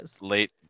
late